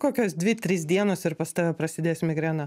kokios dvi trys dienos ir pas tave prasidės migrena